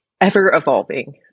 Ever-evolving